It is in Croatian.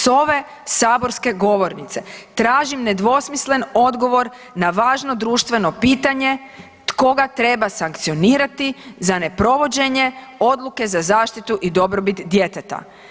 S ove saborske govornice tražim nedvosmislen odgovor na važno društveno pitanje koga treba sankcionirati za neprovođenje odluke za zaštitu i dobrobit djeteta.